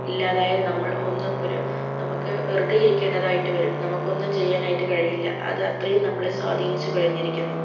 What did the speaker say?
ഇല്ലാതായാൽ നമ്മൾ ഒന്ന് ഒരു നമുക്ക് വെറുതേ ഇരിക്കേണ്ടതായിട്ട് വരും നമുക്ക് ഒന്നും ചെയ്യാനായിട്ട് കഴിയില്ലാ അത് അത്രയും നമ്മളെ സ്വാധീനിച്ചു കഴിഞ്ഞിരിക്കുന്നു